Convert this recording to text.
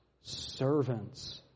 servants